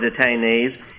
detainees